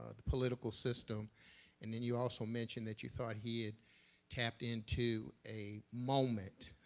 ah the political system and then you also mentioned that you thought he had tapped into a moment.